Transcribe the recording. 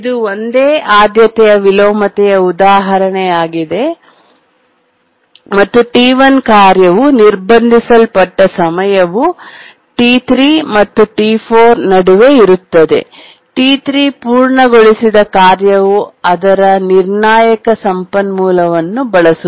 ಇದು ಒಂದೇ ಆದ್ಯತೆಯ ವಿಲೋಮತೆಯ ಉದಾಹರಣೆಯಾಗಿದೆ ಮತ್ತು T1 ಕಾರ್ಯವು ನಿರ್ಬಂಧಿಸಲ್ಪಟ್ಟ ಸಮಯವು T3 ಮತ್ತು T4 ನಡುವೆ ಇರುತ್ತದೆ T3 ಪೂರ್ಣಗೊಳಿಸಿದ ಕಾರ್ಯವು ಅದರ ನಿರ್ಣಾಯಕ ಸಂಪನ್ಮೂಲವನ್ನು ಬಳಸುತ್ತದೆ